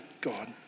God